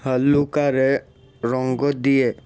ହାଲୁକାରେ ରଙ୍ଗ ଦିଏ